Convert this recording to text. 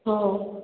ହଉ